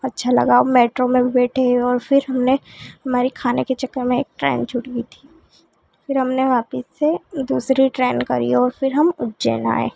अच्छा लगा मेट्रो में भी बैठे और फ़िर हमने हमारे खाने के चक्कर में ट्रेन छूट गई थी फ़िर हमने वापस से दूसरी ट्रेन करी और फ़िर हम उज्जैन आए